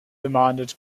demanded